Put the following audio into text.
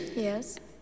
yes